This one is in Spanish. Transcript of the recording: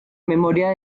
memoria